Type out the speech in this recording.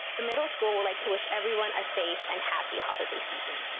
the middle school would like to wish everyone a safe and happy holiday season.